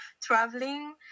traveling